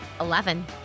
Eleven